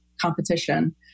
competition